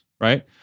right